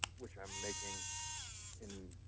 which i am making in